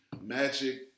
Magic